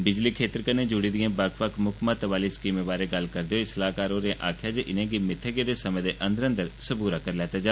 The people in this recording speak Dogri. बिजली खेतर कन्नै जुड़ी दियें बक्ख बक्ख मुक्ख महत्व आह्ली स्कीमें बारै गल्ल करदे होई सलाहकार होरें आक्खेआ जे इनेंगी मित्थे गेदे समें दे अंदर अंदर पूरा करी लैता जा